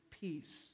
peace